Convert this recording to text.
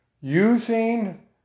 Using